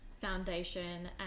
foundation